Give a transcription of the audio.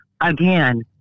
Again